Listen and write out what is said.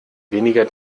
weniger